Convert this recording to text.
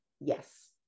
yes